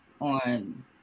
on